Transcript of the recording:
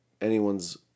anyone's